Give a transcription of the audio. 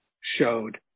showed